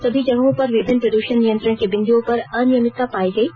सभी जगहों पर विभिन्न प्रदूषण नियंत्रण के बिंदुओं पर अनियमितता पायी गयी